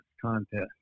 contest